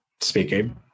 speaking